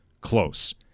close